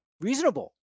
Reasonable